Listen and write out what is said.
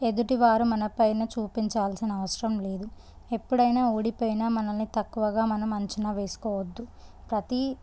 ఎదుటి వారు మన పైన చూపించాల్సిన అవసరం లేదు ఎప్పుడైనా ఓడిపోయినా మనల్ని తక్కువగా మనం అంచనా వేసుకోవద్దు ప్రతీ